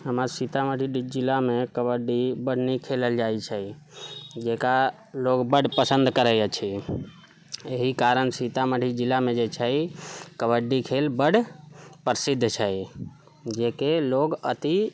हमर सीतामढ़ी जिलामे कबड्डी बड नीक खेलल जाइत छै जेकरा लोग बड पसन्द करैत अछि एहि कारण सीतामढ़ी जिलामे जे छै कबड्डी खेल बड प्रसिद्ध छै जेकि लोक अति